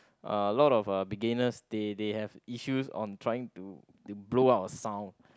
uh a lot of uh beginners they they have issues on trying to to blow out a sound